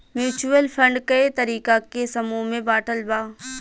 mutual fund कए तरीका के समूह में बाटल बा